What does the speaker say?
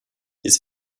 his